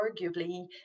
arguably